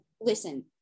listen